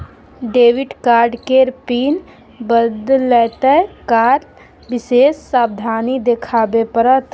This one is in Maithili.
डेबिट कार्ड केर पिन बदलैत काल विशेष सावाधनी देखाबे पड़त